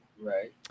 Right